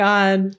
God